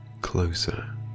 closer